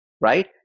right